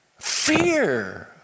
Fear